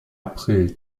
april